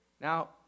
Now